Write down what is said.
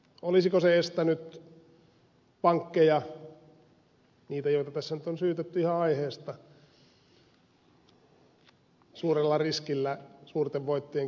olisiko se estänyt pankkeja niitä joita tässä nyt on syytetty ihan aiheesta suurella riskillä suurten voittojen keräämisestä